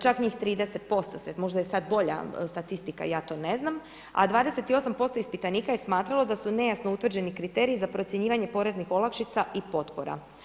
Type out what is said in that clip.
Čak njih 30% se, možda je sad bolja statistika ja to ne znam, a 28% ispitanika je smatralo da su nejasno utvrđeni kriteriji za procjenjivanje poreznih olakšica i potpora.